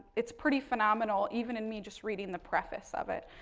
it's pretty phenomenal even in me just reading the preface of it.